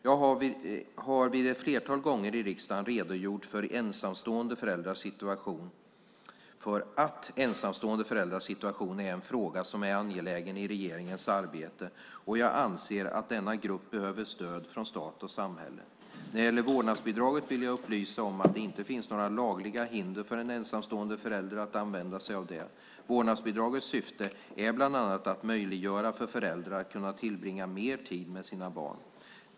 Jag har ett flertal gånger i riksdagen redogjort för att ensamstående föräldrars situation är en fråga som är angelägen i regeringens arbete, och jag anser att denna grupp behöver stöd från stat och samhälle. När det gäller vårdnadsbidraget vill jag upplysa om att det inte finns några lagliga hinder för en ensamstående förälder att använda sig av det. Vårdnadsbidragets syfte är bland annat att möjliggöra för föräldrar att tillbringa mer tid med sina barn.